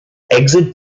exit